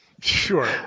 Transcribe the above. sure